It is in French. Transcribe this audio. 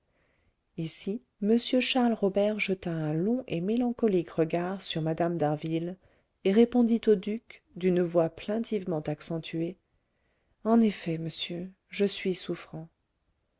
ici m charles robert jeta un long et mélancolique regard sur mme d'harville et répondit au duc d'une voix plaintivement accentuée en effet monsieur je suis souffrant